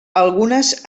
algunes